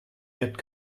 wird